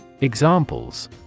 Examples